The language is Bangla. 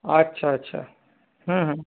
আচ্ছা আচ্ছা হুম হুম